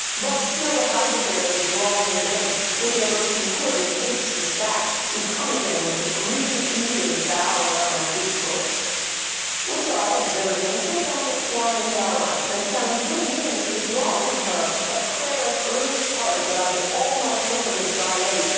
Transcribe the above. but still the house affairs would draw her thence which ever as she could with haste dispatch she'd come again and with a greedy ear devour up my discourse which i, observing, took once a pliant hour, and found good means to draw from her a prayer of earnest heart that i would all my pilgrimage dilate,